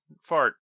fart